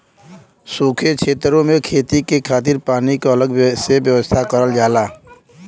सूखे छेतरो में खेती के खातिर पानी क अलग से व्यवस्था करल जाला